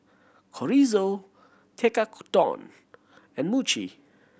Chorizo Tekkadon and Mochi